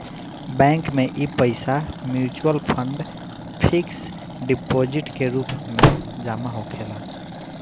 bank में इ पईसा मिचुअल फंड, फिक्स डिपोजीट के रूप में जमा होखेला